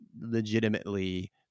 legitimately